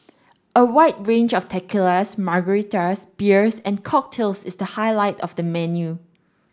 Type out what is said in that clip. a wide range of tequilas margaritas beers and cocktails is the highlight of the menu